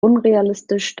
unrealistisch